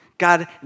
God